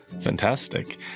fantastic